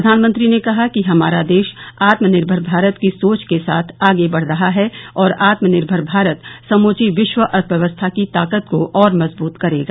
प्रधानमंत्री ने कहा कि हमारा देश आत्मनिर्भर भारत की सोच के साथ आगे बढ़ रहा है और आत्मनिर्भर भारत समूची विश्व अर्थव्यवस्था की ताकत को और मजब्रत करेगा